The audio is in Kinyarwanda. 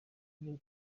ibyo